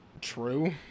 true